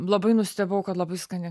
labai nustebau kad labai skani